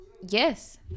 Yes